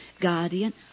guardian